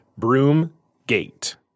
Broomgate